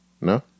No